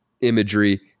imagery